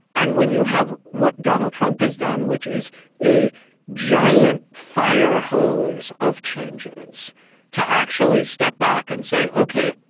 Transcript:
and when you have what donald trump has done, which is a giant fire hose of changes to actually step back and say, ok,